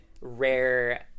rare